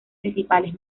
principales